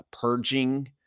purging